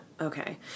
Okay